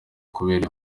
kubera